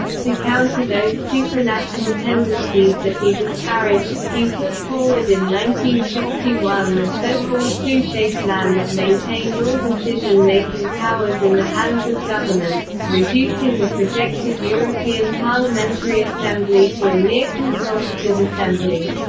to counter those supranational tendencies that he disparaged, he put forward in one sixty one the so-called fouchet plan that maintained all decision-making powers in the hands of governments, reducing the projected european parliamentary assembly to a mere consultative assembly.